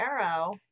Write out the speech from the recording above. arrow